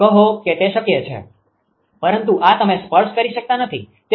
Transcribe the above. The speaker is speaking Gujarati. કહો કે તે શક્ય છે પરંતુ આ તમે સ્પર્શ કરી શકતા નથી